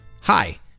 Hi